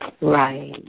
Right